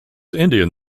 indian